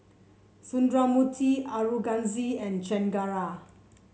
Sundramoorthy Aurangzeb and Chengara